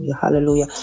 Hallelujah